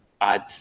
add